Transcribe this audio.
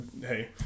hey